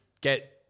get